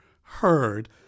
heard